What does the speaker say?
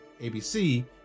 abc